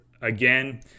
again